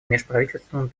межправительственному